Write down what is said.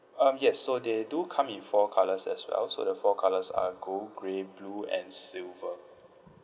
um yes so they do come in four colours as well so the four colours are gold grey blue and silver